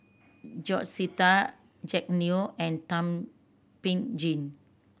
George Sita Jack Neo and Thum Ping Tjin